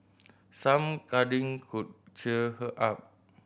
some cuddling could cheer her up